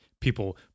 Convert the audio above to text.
people